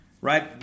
right